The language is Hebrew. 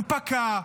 הוא פקע,